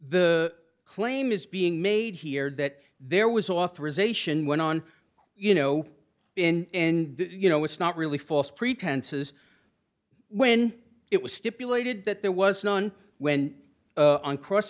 the claim is being made here that there was authorization went on you know in you know it's not really false pretenses when it was stipulated that there was none when on cross